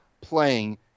playing